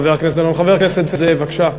חבר הכנסת זאב, בבקשה.